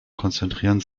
konzentrieren